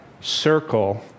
circle